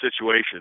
situation